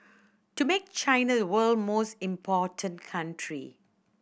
to make China the world most important country